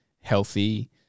healthy